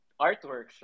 artworks